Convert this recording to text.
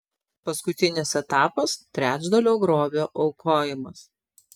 paskutinis etapas trečdalio grobio aukojimas